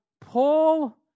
Paul